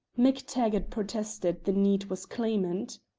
mactaggart protested the need was clamant.